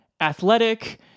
athletic